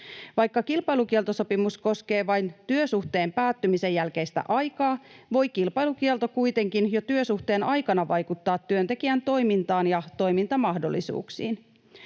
Vaikka kilpailukieltosopimus koskee vain työsuhteen päättymisen jälkeistä aikaa, voi kilpailukielto kuitenkin jo työsuhteen aikana vaikuttaa työntekijän toimintaan ja toimintamahdollisuuksiin.